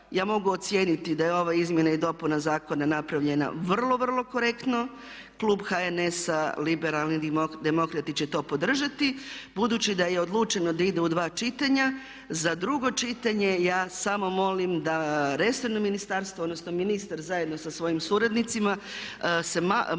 ja mogu ocijeniti da je ova izmjena i dopuna zakona napravljena vrlo, vrlo korektno, Klub HNS-a Liberalni demokrati će to podržati. Budući da je odlučeno da ide u dva čitanja, za drugo čitanje ja samo molim da resorno ministarstvo odnosno ministar zajedno sa svojim suradnicima se